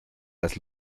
las